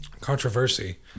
controversy